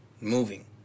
moving